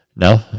No